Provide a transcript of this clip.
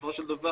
בסופו של דבר